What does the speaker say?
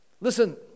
Listen